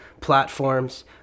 platforms